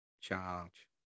charge